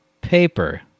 paper